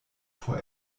for